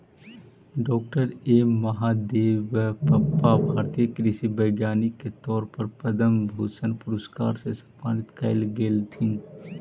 डॉ M Mahadevappa भारतीय कृषि वैज्ञानिक के तौर पर पद्म भूषण पुरस्कार से सम्मानित कएल गेलथीन